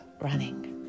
running